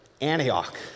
Antioch